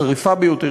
החריפה ביותר,